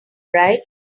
right